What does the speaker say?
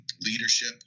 leadership